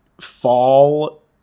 fall